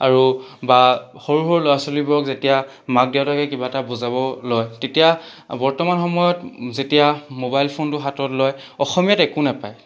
আৰু বা সৰু সৰু ল'ৰা ছোৱালীবোৰক যেতিয়া মাক দেউতাকে কিবা এটা বুজাব লয় তেতিয়া বৰ্তমান সময়ত যেতিয়া মোবাইল ফোনটো হাতত লয় অসমীয়াত একো নাপায়